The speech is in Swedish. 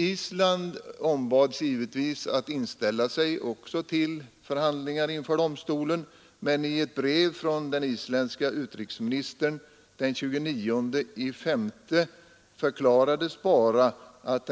Island ombads givetvis att också inställa sig till förhandlingar inför domstolen, men i ett brev från den isländske utrikesministern den 29 maj 1972 förklarades bara att